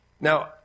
Now